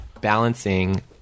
balancing